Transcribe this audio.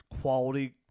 quality